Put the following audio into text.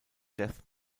death